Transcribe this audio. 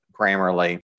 Grammarly